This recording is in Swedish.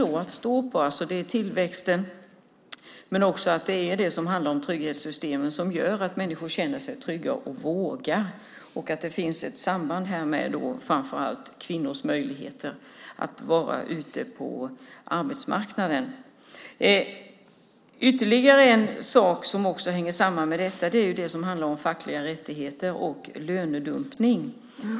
Det gäller tillväxten, men också trygghetssystemen, som gör att människor känner sig trygga och vågar. Det finns alltså ett samband mellan dessa och kvinnors möjligheter att vara ute på arbetsmarknaden. Ytterligare en sak som hänger samman med detta gäller de fackliga rättigheterna och lönedumpning.